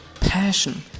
passion